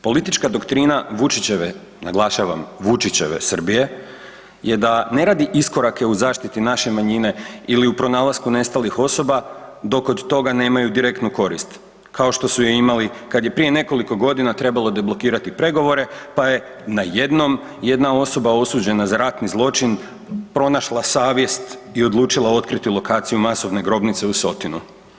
Politička doktrina Vučićeve, naglašava Vučićeve Srbije je da ne radi iskorake u zaštiti naše manjine ili u pronalasku nestalih osoba dok kod toga nemaju direktnu korist, kao što su je imali kad je prije nekoliko godina trebalo deblokirati pregovore pa je na jednom jedna osoba osuđena za ratni zločin, pronašla savjest i odlučila otkriti lokaciju masovne grobnice u Sotinu.